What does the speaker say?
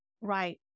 Right